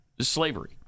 slavery